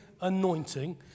anointing